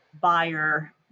buyer